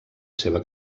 seva